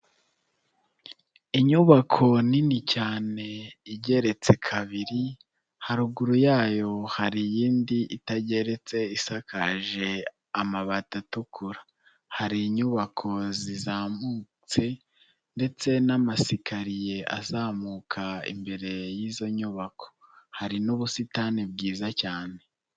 Inyubako nini cyane igeretse kabiri, haruguru yayo hari iyindi itageretse isakaje amabati atukura, hari inyubako zizamutse ndetse n'amasikariye azamuka imbere y'izo nyubako, hari n'ubusitani bwiza cyane.